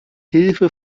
hilfe